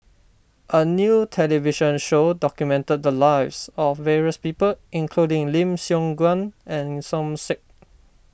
a new television show documented the lives of various people including Lim Siong Guan and Som Said